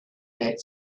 that